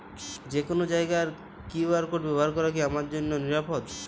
যে কোনো জায়গার কিউ.আর কোড ব্যবহার করা কি আমার জন্য নিরাপদ?